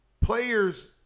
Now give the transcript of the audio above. players